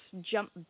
jump